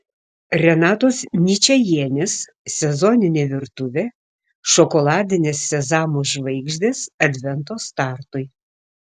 renatos ničajienės sezoninė virtuvė šokoladinės sezamų žvaigždės advento startui